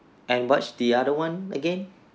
and what's the other one again